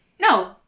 No